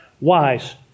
Wise